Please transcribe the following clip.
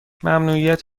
ممنوعیت